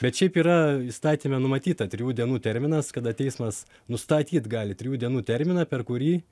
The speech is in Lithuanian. bet šiaip yra įstatyme numatyta trijų dienų terminas kada teismas nustatyt gali trijų dienų terminą per kurį